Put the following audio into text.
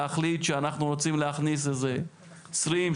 להחליט שאנחנו רוצים להכניס איזה עשרים,